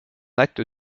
acte